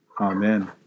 Amen